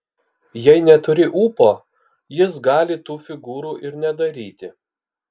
jei neturi ūpo jis gali tų figūrų ir nedaryti